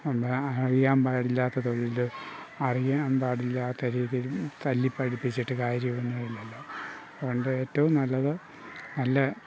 നമ്മളറിയാൻ പാടില്ലാത്ത തൊഴിൽ അറിയാൻ പാടില്ലാത്ത രീതിയിൽ തല്ലിപ്പഠിപ്പിച്ചിട്ട് കാര്യമൊന്നും ഇല്ലല്ലോ അതുകൊണ്ട് ഏറ്റവും നല്ലത് നല്ല